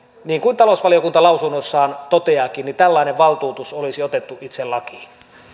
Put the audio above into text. niin kuin talousvaliokunta lausunnossaan toteaakin tällainen valtuutus olisi otettu itse lakiin